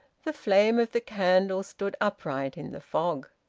the flame of the candle stood upright in the fog.